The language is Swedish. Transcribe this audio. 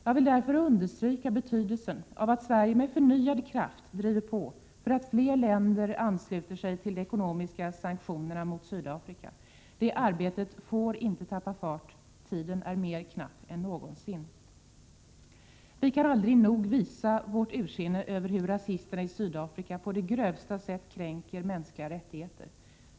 Jag vill därför understryka betydelsen av att Sverige med förnyad kraft driver på för att få fler länder att ansluta sig till de ekonomiska sanktionerna mot Sydafrika. Det arbetet får inte tappa fart! Tiden är mer knapp än någonsin. Vi kan aldrig nog visa vårt ursinne över hur rasisterna i Sydafrika på det grövsta sätt kränkt mänskliga rättigheter.